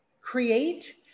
create